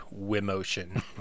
Wimotion